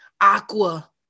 Aqua